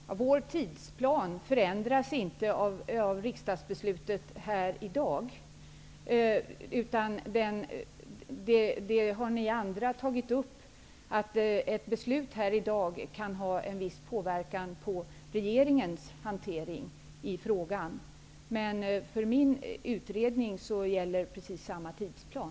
Fru talman! Vår tidsplan förändras inte av riksdagsbeslutet här i dag. Ni andra har tagit upp det faktum att ett beslut i dag kan ha en viss påverkan på regeringens hantering av frågan. För min utredning gäller precis samma tidsplan.